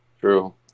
True